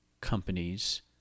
companies